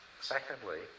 secondly